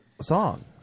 song